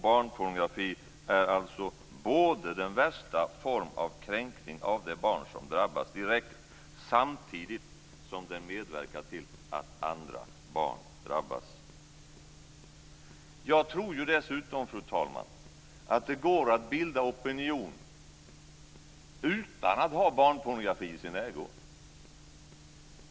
Barnpornografin är både den värsta form av kränkning av det barn som drabbas direkt och samtidigt medverkar till att andra barn drabbas. Jag tror dessutom, fru talman, att det går att bilda opinion utan att ha barnpornografi i sin ägo.